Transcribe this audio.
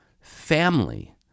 family